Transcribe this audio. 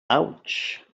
ouch